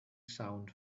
sound